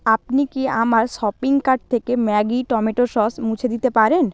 আপনি কি আমার শপিং কার্ট থেকে ম্যাগি টমেটো সস মুছে দিতে পারেন